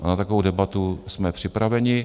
Na takovou debatu jsme připraveni.